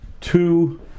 two